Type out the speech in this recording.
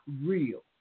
real